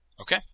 Okay